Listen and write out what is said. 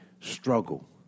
struggle